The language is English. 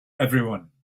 everyone